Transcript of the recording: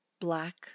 black